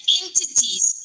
entities